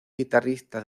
guitarrista